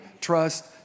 trust